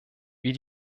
wie